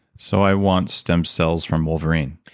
so, i want stem cells from wolverine?